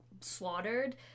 slaughtered